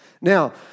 Now